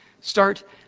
start